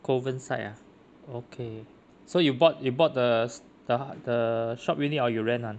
kovan side ah okay so you bought you bought the s~ the the shop already or you rent [one]